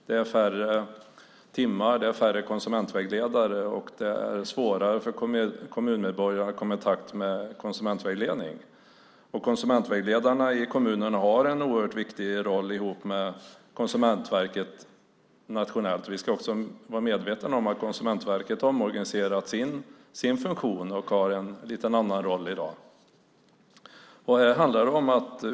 Det är färre timmar, det är färre konsumentvägledare och det är svårare för kommunmedborgare att komma i kontakt med konsumentvägledning. Konsumentvägledarna i kommunerna har tillsammans med Konsumentverket en oerhört viktig roll nationellt. Vi ska också vara medvetna om att Konsumentverket har omorganiserat sin funktion och har en lite annan roll i dag.